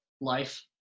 life